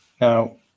Now